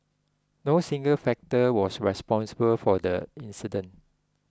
no single factor was responsible for the incident